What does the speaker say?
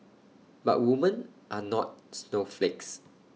but women are not snowflakes